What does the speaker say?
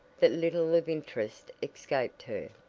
that little of interest escaped her.